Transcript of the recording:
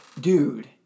dude